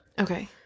Okay